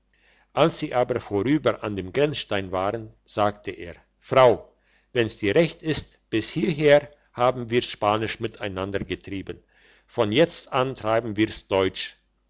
als sie aber vorüber an dem grenzstein waren sagte er frau wenn's dir recht ist bis hieher haben wir's spanisch miteinander getrieben von jetzt an treiben wir's deutsch